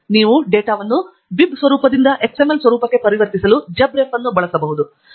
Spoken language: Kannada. ನೀವು ಡೇಟಾವನ್ನು ಬಿಬ್ ಸ್ವರೂಪದಿಂದ XML ಸ್ವರೂಪಕ್ಕೆ ಪರಿವರ್ತಿಸಲು JabRef ಅನ್ನು ಬಳಸಬಹುದು